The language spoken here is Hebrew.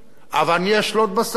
אבל אני אשלוט בשרים.